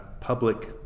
public